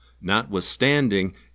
Notwithstanding